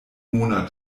monat